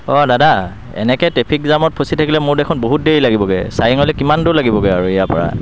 অঁ দাদা এনেকৈ ট্ৰেফিক জামত ফঁচি থাকিলে মোৰ দেখোন বহুত দেৰি লাগিবগে চাৰিঙলৈ কিমান দূৰ লাগিবগৈ আৰু ইয়াৰ পৰা